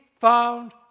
found